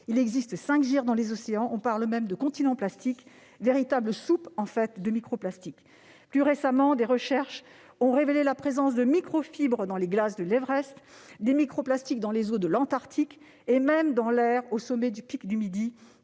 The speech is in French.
Il existe cinq gyres de plastique dans les océans. On parle même de « continent plastique », véritable soupe de microplastiques. Plus récemment, des recherches ont relevé la présence de microfibres dans les glaces de l'Everest, des microplastiques dans les eaux de l'Antarctique et même dans l'air au sommet du pic du Midi.